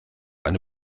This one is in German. eine